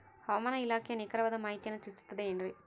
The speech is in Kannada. ಹವಮಾನ ಇಲಾಖೆಯ ನಿಖರವಾದ ಮಾಹಿತಿಯನ್ನ ತಿಳಿಸುತ್ತದೆ ಎನ್ರಿ?